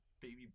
baby